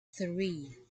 three